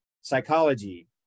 psychology